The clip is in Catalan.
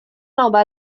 nova